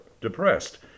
depressed